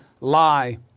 lie